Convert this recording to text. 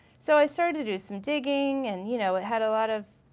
so i started to do some digging, and you know, it had a lot of